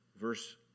Verse